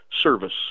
Service